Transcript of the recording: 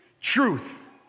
truth